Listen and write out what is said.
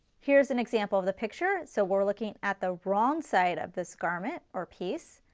here is an example of the picture so we are looking at the wrong side of this garment or piece.